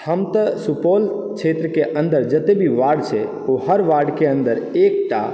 हम तऽ सुपौल क्षेत्र के अंदर जतय भी वार्ड छै हर वार्ड के अन्दर एकटा